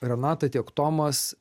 renata tiek tomas